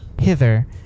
hither